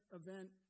event